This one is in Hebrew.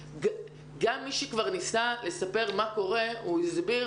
גם מי שכבר ניסה לספר מה קורה, הוא הסביר.